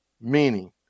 Meaning